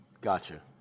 Gotcha